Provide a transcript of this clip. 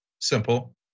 simple